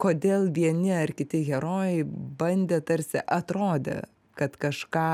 kodėl vieni ar kiti herojai bandė tarsi atrodė kad kažką